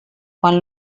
quan